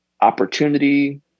opportunity